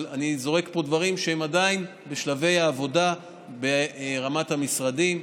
אבל אני זורק פה דברים שהם עדיין בשלבי העבודה ברמת המשרדים.